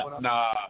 Nah